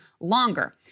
longer